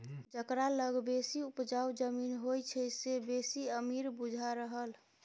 जकरा लग बेसी उपजाउ जमीन होइ छै से बेसी अमीर बुझा रहल